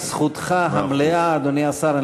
זכותך המלאה, אדוני השר.